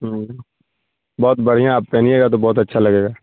ہوں بہت بڑھیا آپ پہنیے گا بہت اچھا لگے گا